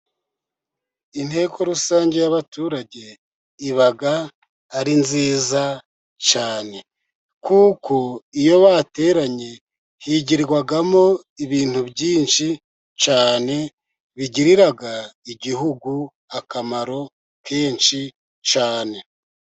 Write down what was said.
Inteko rusange y'abaturage iba ari nziza cyane, kuko iyo bateranye higirwamo ibintu byinshi cyane bigirira Igihugu akamaro kenshi cyane.